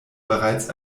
bereits